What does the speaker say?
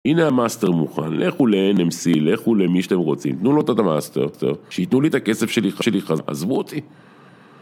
הנה המאסטר מוכן, לכו ל-NMC, לכו למי שאתם רוצים, תנו לו את המאסטר, שיתנו לי את הכסף של חזרה, עזבו אותי